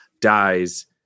dies